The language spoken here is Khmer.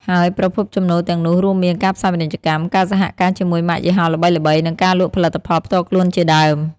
ហើយប្រភពចំណូលទាំងនោះរួមមាន ការផ្សាយពាណិជ្ជកម្ម ការសហការជាមួយម៉ាកយីហោល្បីៗ និងការលក់ផលិតផលផ្ទាល់ខ្លួនជាដើម។